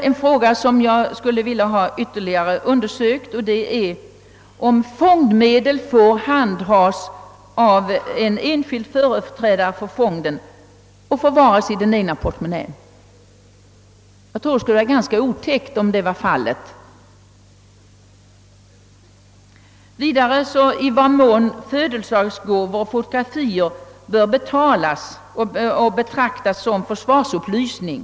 En fråga som också borde ytterligare undersökas är om fondmedel får handhas av en enskild företrädare för fonden och så att säga förvaras i den egna portmonnän. Jag tycker att det vore otäckt om så skulle vara fallet. Vidare bör det undersökas i vad mån födelsedagsgåvor och fotografier bör betraktas som försvarsupplysning.